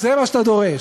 זה מה שאתה דורש,